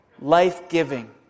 life-giving